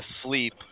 asleep